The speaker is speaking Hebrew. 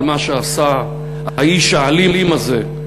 על מה שעשה האיש האלים הזה,